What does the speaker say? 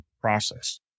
process